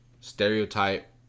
stereotype